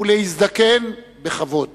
ולהזדקן בכבוד.